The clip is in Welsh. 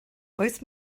oes